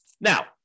Now